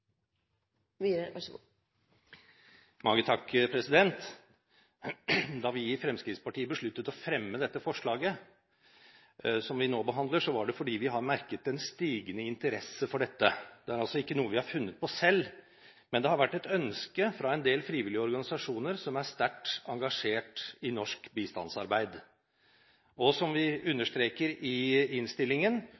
Da vi i Fremskrittspartiet besluttet å fremme dette forslaget som vi nå behandler, var det fordi vi har merket en stigende interesse for dette. Det er altså ikke noe vi har funnet på selv. Det har vært et ønske fra en del frivillige organisasjoner som er sterkt engasjert i norsk bistandsarbeid. Som vi understreker i innstillingen: NORADs egen evaluering er viktig og nyttig, men vi